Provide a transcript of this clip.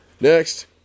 next